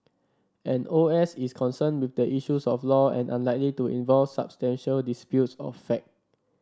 an O S is concerned with the issues of law and unlikely to involve substantial disputes of fact